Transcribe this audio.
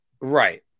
Right